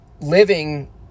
living